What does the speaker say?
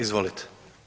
Izvolite.